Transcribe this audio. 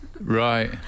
Right